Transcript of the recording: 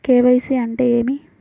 KYC అంటే ఏమి?